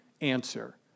answer